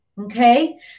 Okay